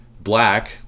black